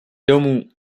domů